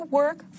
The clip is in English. work